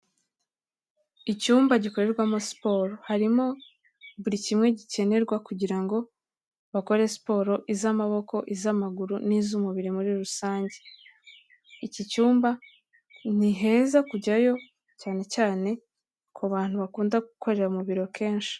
Icyumba gikorerwamo siporo, harimo buri kimwe gikenerwa kugira ngo bakore siporo, iz'amaboko, iz'amaguru n'iz'umubiri muri rusange, iki cyumba ni heza kujyayo, cyane cyane ku bantu bakunda gukorera mu biro kenshi.